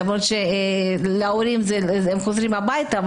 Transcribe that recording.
למרות שלהורים הם חוזרים הביתה,